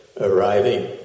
arriving